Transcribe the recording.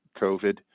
COVID